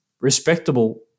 respectable